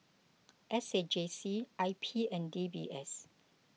S A J C I P and D B S